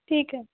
ठीक आहे